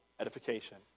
edification